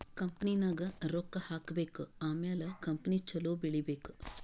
ಕಂಪನಿನಾಗ್ ರೊಕ್ಕಾ ಹಾಕಬೇಕ್ ಆಮ್ಯಾಲ ಕಂಪನಿ ಛಲೋ ಬೆಳೀಬೇಕ್